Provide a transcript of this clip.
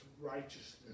righteousness